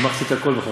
גמרתי את הכול בכוונה.